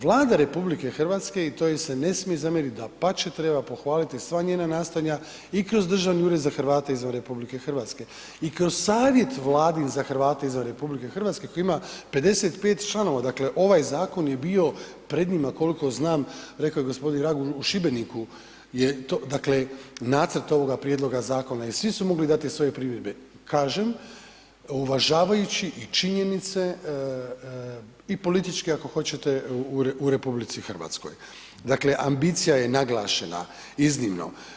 Vlada RH i to joj se ne smije zamjerit, dapače, treba pohvaliti sva nastojanja i kroz Državni ured za Hrvate izvan RH i kroz savjet Vladin za Hrvate izvan RH koji ima 55 članova, dakle ovaj zakon je bio pred njima koliko znam, rekao je g. Raguž u Šibeniku je to, dakle nacrt ovog prijedloga zakona i svi su mogli dati svoje primjedbe kaže, uvažavajući i činjenice i političke ako hoćete u RH, dakle ambicija je naglašena iznimno.